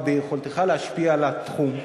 וביכולתך להשפיע על התחום,